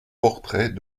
portrait